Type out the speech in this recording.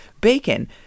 bacon